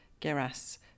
Geras